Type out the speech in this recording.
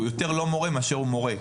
הוא יותר לא מורה מאשר הוא מורה.